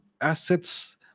assets